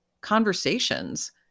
conversations